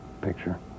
picture